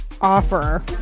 offer